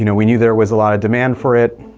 you know we knew there was a lot of demand for it.